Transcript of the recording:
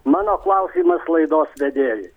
mano klausimas laidos vedėjui